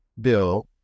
Bill